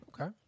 Okay